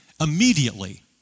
immediately